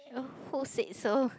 oh who said so